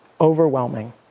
overwhelming